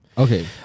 Okay